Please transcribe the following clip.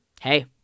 hey